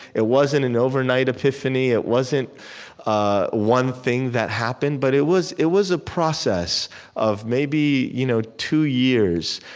it wasn't an overnight epiphany. it wasn't ah one thing that happened, but it was it was a process of maybe you know two years.